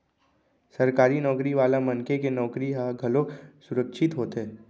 सरकारी नउकरी वाला मनखे के नउकरी ह घलोक सुरक्छित होथे